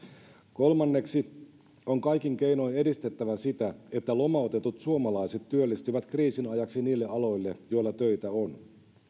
kolmanneksi on kaikin keinoin edistettävä sitä että lomautetut suomalaiset työllistyvät kriisin ajaksi niille aloille joilla töitä on